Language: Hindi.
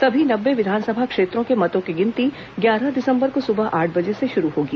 सभी नब्बे विधानसभा क्षेत्रों के मतों की गिनती ग्यारह दिसंबर को सुबह आठ बजे से शुरू होगी